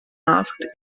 asked